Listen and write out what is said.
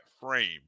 frame